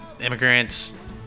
immigrants